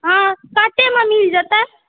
हँ कतेकमे मिल जेतै